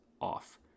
off